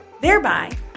thereby